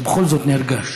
אתה בכל זאת נרגש.